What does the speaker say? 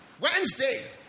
Wednesday